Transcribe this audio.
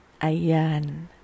Ayan